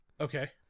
Okay